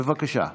בבקשה.